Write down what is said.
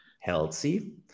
healthy